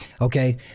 okay